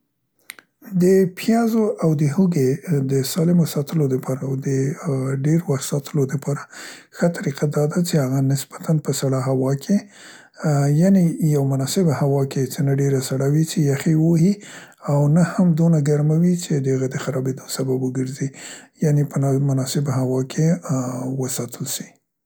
د پیازو او د هوګې د سالمو ساتلو دپاره او د ډير وخت د ساتلو د پاره ښه طریقه دا ده څې هغه نسبتاً په سړه هوا کې یعنې یو مناسبه هوا کې څې نه ډيره سړه وي څې یخ یې ووهي او نه هم دونه ګرمه وي څې د هغه د خرابیدو سبب وګرځي یعنې په ن، مناسبه هوا کې وساتل سي.